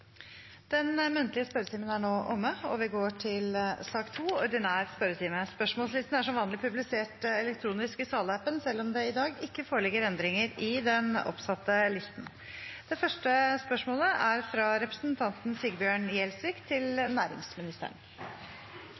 Den muntlige spørretimen er nå omme. Spørsmålslisten er som vanlig publisert elektronisk i salappen, selv om det i dag ikke foreligger endringer i den oppsatte spørsmålslisten. «Stortinget vedtok 19. mars å be regjeringen legge til